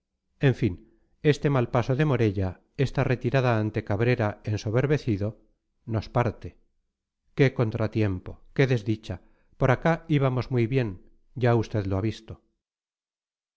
en fin este mal paso de morella esta retirada ante cabrera ensoberbecido nos parte qué contratiempo qué desdicha por acá íbamos muy bien ya usted lo ha visto